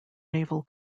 naval